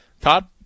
Todd